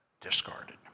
discarded